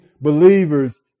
believers